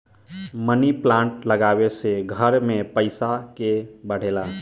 मनी plant लागवे से घर में पईसा के बढ़ेला